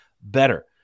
better